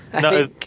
No